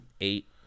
Eight